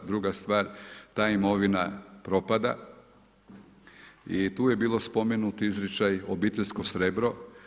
Druga stvar, ta imovina propada i tu je bilo spomenut izričaj obiteljsko srebro.